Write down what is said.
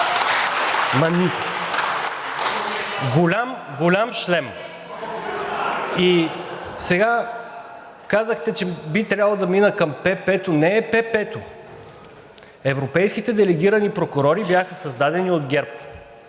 Голям шлем! И сега, казахте, че би трябвало да мина към ПП-то. Не е ПП-то! Европейските делегирани прокурори бяха създадени от ГЕРБ.